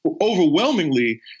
overwhelmingly